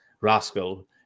rascal